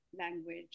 language